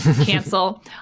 cancel